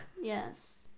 Yes